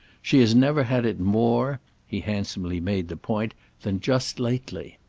she has never had it more he handsomely made the point than just lately.